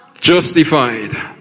justified